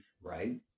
right